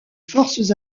forces